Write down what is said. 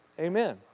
Amen